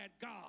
God